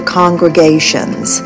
congregations